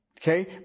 Okay